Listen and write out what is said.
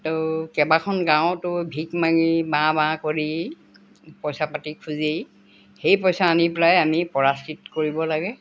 ত' কেইবাখন গাঁৱতো ভিক মাঙি বাঁহ বাঁহ কৰি পইচা পাতি খুজি সেই পইচা আনি পেলাই আমি পৰাচিত কৰিব লাগে